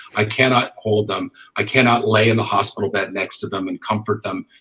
i cannot hold them i cannot lay in the hospital bed next to them and comfort them.